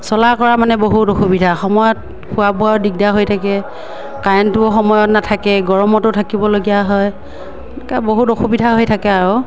চলা কৰা মানে বহুত অসুবিধা সময়ত খোৱা বোৱাও দিগদাৰ হৈ থাকে কাৰেণ্টটোও সময়ত নাথাকে গৰমতো থাকিবলগীয়া হয় বহুত অসুবিধা হৈ থাকে আৰু